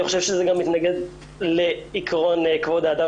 אני חושב שזה גם מתנגד לעיקרון כבוד האדם